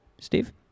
Steve